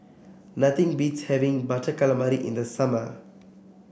nothing beats having Butter Calamari in the summer